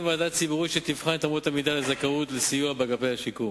ועדה ציבורית שתבחן את אמות המידה לזכאות לסיוע באגפי השיקום.